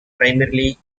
primarily